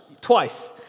twice